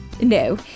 No